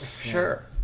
Sure